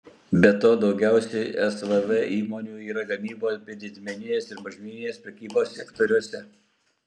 be to daugiausiai svv įmonių yra gamybos bei didmeninės ir mažmeninės prekybos sektoriuose